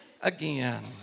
again